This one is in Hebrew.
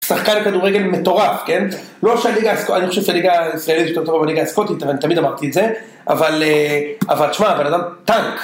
שחקן כדורגל מטורף כן, לא שהליגה, אני חושב שהליגה הישראלית היא יותר טובה מליגה הסקוטית אבל אני תמיד אמרתי את זה, אבל אבל תשמע בן אדם טנק